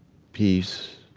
peace,